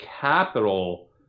capital